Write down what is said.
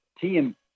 team